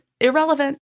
irrelevant